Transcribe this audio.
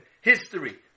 history